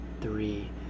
three